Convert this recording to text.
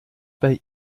bei